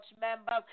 members